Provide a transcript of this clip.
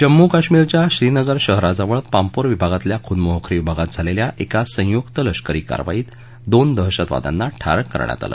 जम्मू कश्मीरच्या श्रीनगर शहराजवळ पांपोर विभागातल्या खुनमोह ख्रिव भागात झालेल्या एका संयुक्त लष्करी कारवाईत दोन दहशतवाद्यांना ठार करण्यात आलं